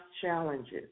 challenges